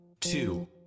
Two